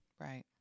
right